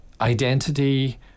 identity